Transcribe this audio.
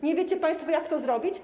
Nie wiecie państwo, jak to zrobić?